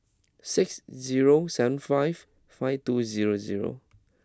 six zero seven five five two zero zero